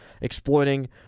exploiting